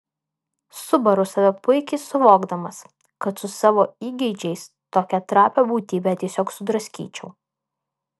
subaru save puikiai suvokdamas kad su savo įgeidžiais tokią trapią būtybę tiesiog sudraskyčiau